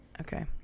Okay